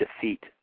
defeat